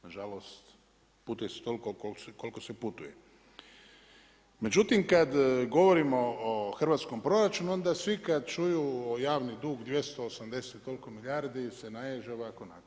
Nažalost putuje se toliko koliko se putuje, međutim kad govorimo o hrvatskom proračunu onda svi kad čuju javni dug 280 i koliko milijardi se naveže i ovako i onako.